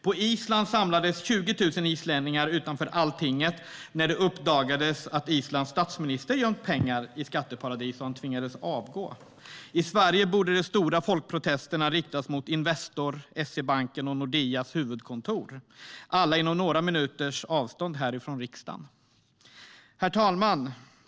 På Island samlades 20 000 islänningar utanför alltinget när det uppdagades att Islands statsminister hade gömt pengar i skatteparadis, och han tvingades avgå. I Sverige borde de stora folkprotesterna riktas mot Investors, SEB:s och Nordeas huvudkontor - alla inom några minuters avstånd från riksdagen. Herr talman!